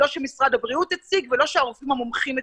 לא שמשרד הבריאות הציג ולא שהרופאים המומחים הציגו.